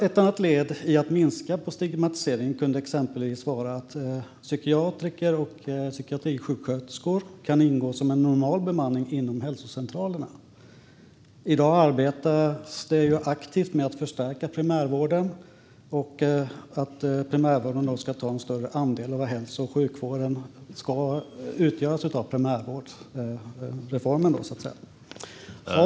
Ett annat led i att minska stigmatiseringen kan exempelvis vara att psykiatriker och psykiatrisjuksköterskor kan ingå som en normal bemanning inom hälsocentralerna. I dag arbetas det ju aktivt med att förstärka primärvården. Primärvården ska då ta en större andel av hälso och sjukvården, enligt primärvårdsreformen, så att säga.